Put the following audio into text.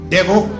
Devil